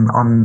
on